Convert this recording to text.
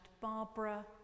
Barbara